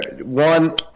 One